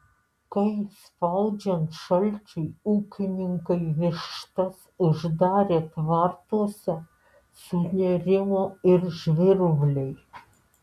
kai spaudžiant šalčiui ūkininkai vištas uždarė tvartuose sunerimo ir žvirbliai